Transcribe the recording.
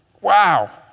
Wow